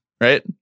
right